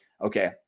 okay